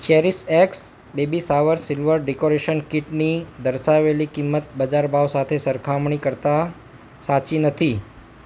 CherishX baby shower silver decoration કીટની દર્શાવેલી કિંમત બજાર ભાવ સાથે સરખામણી કરતા સાચી નથી